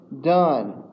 done